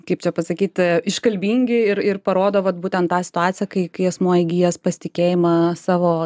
kaip čia pasakyti iškalbingi ir ir parodo kad būtent tą situaciją kai kai asmuo įgijęs pasitikėjimą savo